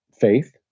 faith